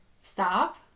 stop